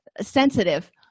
sensitive